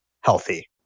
healthy